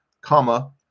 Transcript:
comma